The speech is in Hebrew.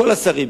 כל השרים,